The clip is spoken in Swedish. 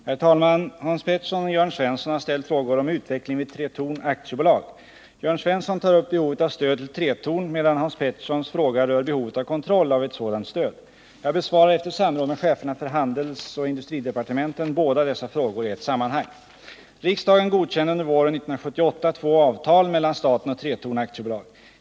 Herr talman! Hans Pettersson i Helsingborg och Jörn Svensson har ställt frågor om utvecklingen vid Tretorn AB. Jörn Svensson tar upp behovet av stöd till Tretorn, medan Hans Petterssons fråga rör behovet av kontroll av ett sådant stöd. Jag besvarar, efter samråd med cheferna för handelsoch industridepartementen, båda dessa frågor i ett sammanhang. Riksdagen godkände under våren 1978 två avtal mellan staten och Tretorn AB.